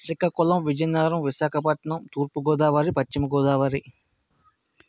శ్రీకాకుళం విజయనగరం విశాఖపట్నం తూర్పు గోదావరి పశ్చిమ గోదావరి